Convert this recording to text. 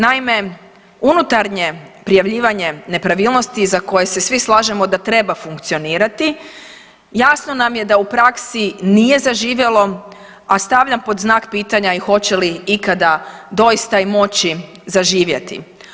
Naime, unutarnje prijavljivanje nepravilnosti za koje se svi slažemo da treba funkcionirati jasno nam je da u praksi nije zaživjelo, a stavljam pod znak pitanja i hoće li ikada doista i moći zaživjeti.